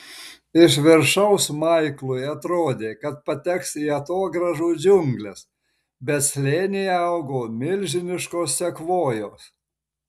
iš viršaus maiklui atrodė kad pateks į atogrąžų džiungles bet slėnyje augo milžiniškos sekvojos